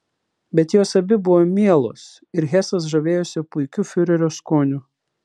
bet jos abi buvo mielos ir hesas žavėjosi puikiu fiurerio skoniu